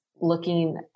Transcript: looking